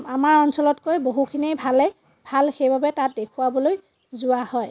আমাৰ অঞ্চলতকৈ বহুখিনিয়েই ভালেই ভাল সেইবাবে তাত দেখুৱাবলৈ যোৱা হয়